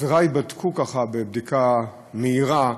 עוזרי בדקו ככה בבדיקה מהירה,